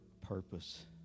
purpose